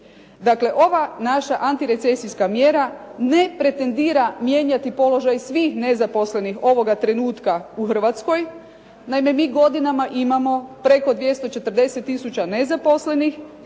Dakle, ova naša antirecesijska mjera ne pretendira mijenjati položaj svih nezaposlenih ovoga trenutka u Hrvatskoj. Naime, mi godinama imamo preko 240 tisuća nezaposlenih